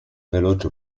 veloce